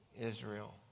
Israel